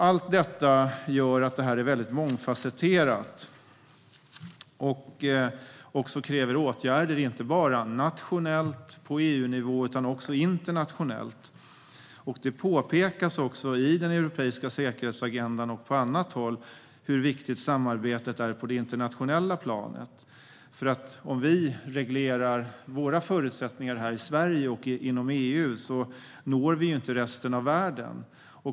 Allt detta gör att problemet är mångfasetterat och kräver åtgärder, inte bara nationellt och på EU-nivå utan också internationellt. Det påpekas också i den europeiska säkerhetsagendan och på annat håll hur viktigt samarbetet är på det internationella planet. Om vi reglerar våra förutsättningar här i Sverige och inom EU når vi ju inte resten av världen.